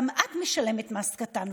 גם את משלמת מס קטן,